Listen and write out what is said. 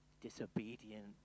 disobedient